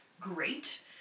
great